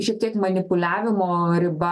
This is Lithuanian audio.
šitiek manipuliavimo riba